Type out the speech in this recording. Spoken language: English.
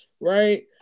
Right